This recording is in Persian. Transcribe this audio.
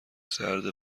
سرد